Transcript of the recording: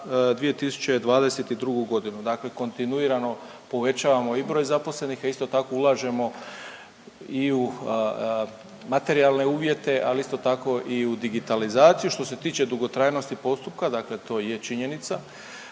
2022. godinu. Dakle, kontinuirano povećamo i broj zaposlenih, a isto tako ulažemo i u materijalne uvjete, al isto tako i u digitalizaciju. Što se tiče dugotrajnosti postupka, dakle to je činjenica